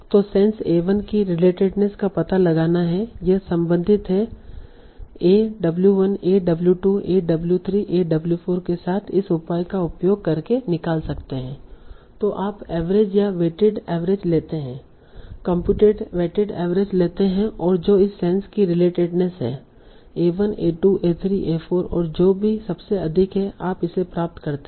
तो sense a1 की relatedness का पता लगाना है यह संबंधित है a w 1 a w 2 a w 3 a w 4 के साथ इस उपाय का उपयोग करके निकाल सकते है तो आप एवरेज या वेटेड एवरेज लेते हैं - कंप्यूटेड वेटेड एवरेज लेते है और जो इस सेंस की रिलेटेडनेस है a 1 a 2 a 3 a 4 और जो भी सबसे अधिक है आप इसे प्राप्त करते हैं